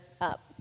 up